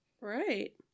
Right